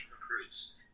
recruits